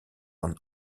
van